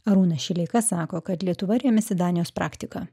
arūnas šileika sako kad lietuva rėmėsi danijos praktika